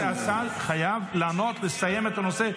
רגע, השר חייב לענות, לסיים את הנושא.